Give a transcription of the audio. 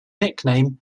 nickname